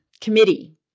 committee